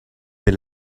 been